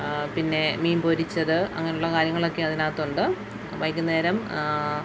പിന്നെ മീൻ പൊരിച്ചത് അങ്ങനെയുള്ള കാര്യങ്ങളൊക്കെ അതിനകത്തുണ്ട് വൈകുന്നേരം